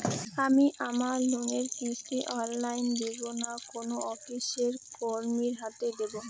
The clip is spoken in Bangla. আমি আমার লোনের কিস্তি অনলাইন দেবো না কোনো অফিসের কর্মীর হাতে দেবো?